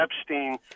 Epstein